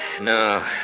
No